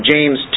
James